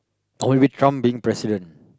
or maybe Trump being President